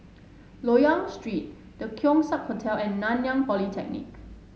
Loyang Street The Keong Saik Hotel and Nanyang Polytechnic